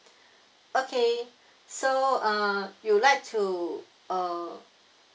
okay so uh you'd like to uh